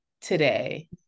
today